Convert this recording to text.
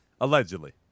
Allegedly